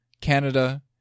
Canada